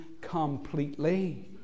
completely